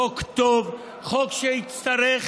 חוק טוב, חוק שיצטרך